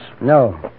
No